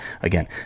again